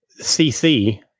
cc